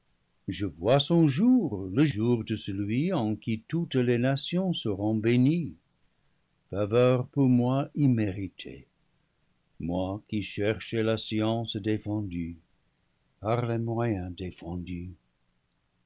je vois son jour le jour de celui en qui toutes les nations seront bénies faveur pour moi imméritée moi qui cherchai la science défendue par